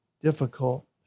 difficult